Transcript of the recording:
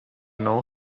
know